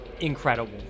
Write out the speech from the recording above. incredible